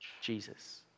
Jesus